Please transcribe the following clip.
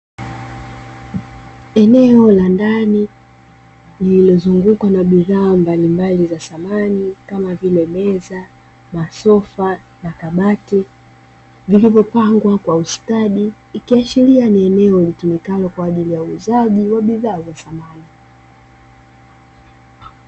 Eneo la ndani, lililozungukwa na bidhaa mbalimbali za samani, kama vile; meza, masofa na kabati, vilivyopangwa kwa ustadi. Ikiashiria ni eneo litumikalo kwa ajili ya uuzaji wa bidhaa za samani.